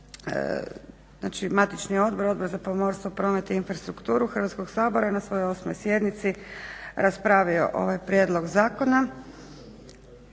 Znači matični odbor, Odbor za pomorstvo, promet i infrastrukturu Hrvatskog sabora na svojoj 8. sjednici raspravio je ovaj prijedlog zakona.